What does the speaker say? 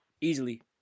easily